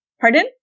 Pardon